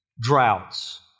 droughts